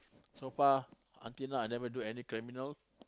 so far until now I never do any criminal